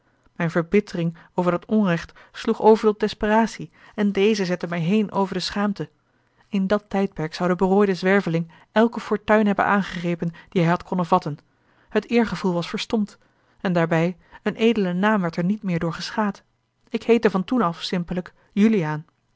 mijne verbittering over dat onrecht sloeg over tot desperacie en deze zette mij heen over de schaamte in dat tijdperk zou de berooide zwerveling elke fortuin hebben aangegrepen die hij had konnen vatten het eergevoel was verstompt en daarbij een edele naam werd er niet meer door geschaad ik heette van toen af simpellijk juliaan